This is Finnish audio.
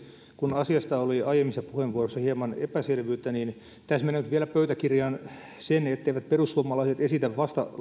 kun asiasta oli aiemmissa puheenvuoroissa hieman epäselvyyttä niin täsmennän nyt vielä pöytäkirjaan sen etteivät perussuomalaiset esitä vastalauseessaan